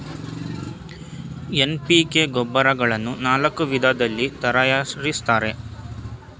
NPK ಗೊಬ್ಬರಗಳನ್ನು ನಾಲ್ಕು ವಿಧದಲ್ಲಿ ತರಯಾರಿಸ್ತರೆ